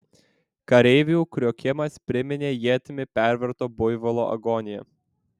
kareivių kriokimas priminė ietimi perverto buivolo agoniją